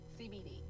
CBD